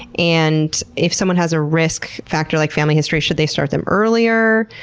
and if someone has a risk factor, like family history, should they start them earlier?